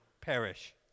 perish